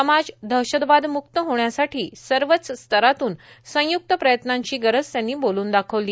समाज दहशतवादमुक्त होण्यासाठी सर्वच स्तरातून संयुक्त प्रयत्नांची गरज त्यांनी बोलून दाखवली